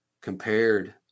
compared